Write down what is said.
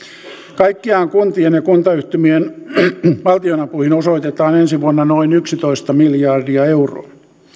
kaikkiaan kuntien ja kuntayhtymien valtionapuihin osoitetaan ensi vuonna noin yksitoista miljardia euroa